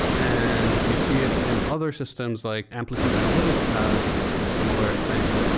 and you see it in other systems, like amplitude analytics has a similar thing,